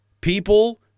People